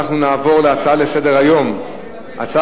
הנושא הבא הוא הצעות לסדר-היום מס'